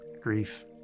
grief